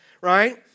right